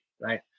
right